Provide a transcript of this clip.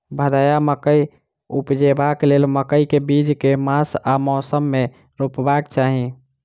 भदैया मकई उपजेबाक लेल मकई केँ बीज केँ मास आ मौसम मे रोपबाक चाहि?